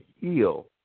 heal